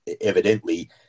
evidently